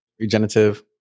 regenerative